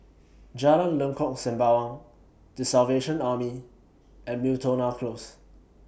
Jalan Lengkok Sembawang The Salvation Army and Miltonia Close